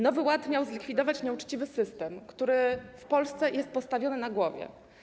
Nowy Ład miał zlikwidować nieuczciwy system, który w Polsce jest postawiony na głowie.